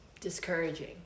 discouraging